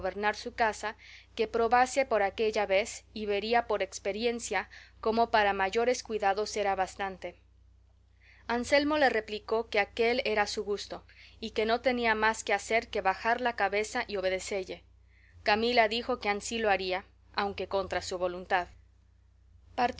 su casa que probase por aquella vez y vería por experiencia como para mayores cuidados era bastante anselmo le replicó que aquél era su gusto y que no tenía más que hacer que bajar la cabeza y obedecelle camila dijo que ansí lo haría aunque contra su voluntad